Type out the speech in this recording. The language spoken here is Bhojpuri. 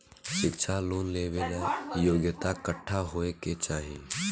शिक्षा लोन लेवेला योग्यता कट्ठा होए के चाहीं?